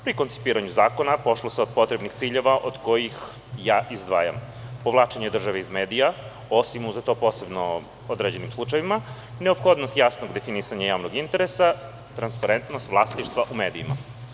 Pri koncipiranju zakona pošlo se od potrebnih ciljeva, od kojih ja izdvajam: povlačenje države iz medija, posebno u određenim slučajevima, neophodnost jasnog definisanja javnog interesa, transparentnost vlasništva u medijima.